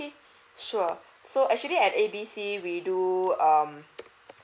okay sure so actually at A B C we do um